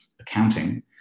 Accounting